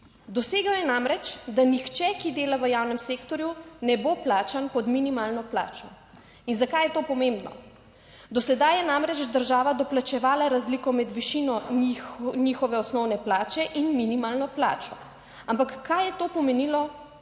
Dosegel je namreč, da nihče, ki dela v javnem sektorju ne bo plačan pod minimalno plačo. In zakaj je to pomembno? Do sedaj je namreč država doplačevala razliko med višino njihove osnovne plače in minimalno plačo, ampak kaj je to pomenilo?